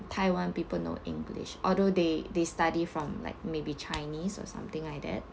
taiwan people know english although they they study from like may be chinese or something like that